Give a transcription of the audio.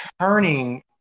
turning